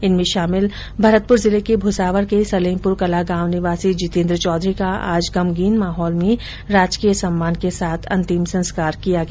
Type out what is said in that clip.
इनमें शामिल भरतपुर जिले के मुसावर के सलेमपुर कला गांव निवासी जितेंद्र चौधरी का आज गमगीन माहौल में राजकीय सम्मान के साथ अंतिम संस्कार किया गया